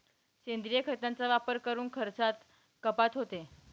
सेंद्रिय खतांचा वापर करून खर्चात कपात होते